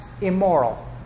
immoral